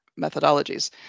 methodologies